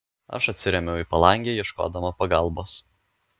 aš atsirėmiau į palangę ieškodama pagalbos